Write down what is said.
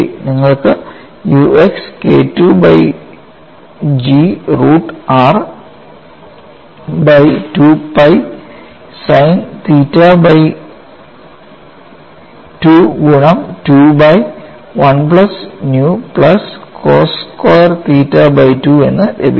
നിങ്ങൾക്ക് u x K II by G root r by 2 pi sine theta by 2 ഗുണം 2 by 1 plus nu plus cos square theta by 2 എന്ന് ലഭിക്കും